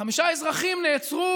חמישה אזרחים נעצרו,